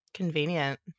Convenient